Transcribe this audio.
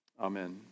Amen